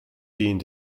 die